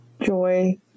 joy